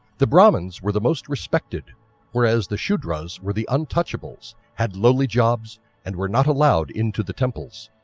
the brahmans were the most respected whereas the shudra's were the untouchables had lowly jobs and were not allowed into the temples.